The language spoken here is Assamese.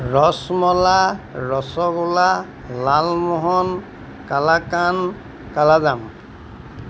ৰছমলাই ৰসগোল্লা লালমোহন কালাকান্দ কালাজাম